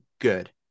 good